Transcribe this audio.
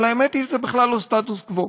אבל האמת היא שזה בכלל לא סטטוס קוו,